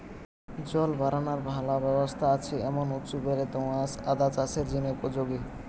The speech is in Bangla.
জল বারানার ভালা ব্যবস্থা আছে এমন উঁচু বেলে দো আঁশ আদা চাষের জিনে উপযোগী